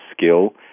skill